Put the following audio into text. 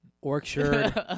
Orchard